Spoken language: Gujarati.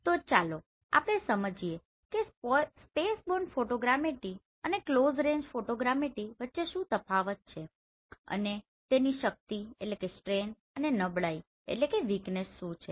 તો ચાલો આપણે સમજીએ કે સ્પેસબોર્ન ફોટોગ્રામેટ્રી અને ક્લોઝ રેન્જ ફોટોગ્રામેટ્રી વચ્ચે શું તફાવત છે અને તેની શક્તિ અને નબળાઈ શું છે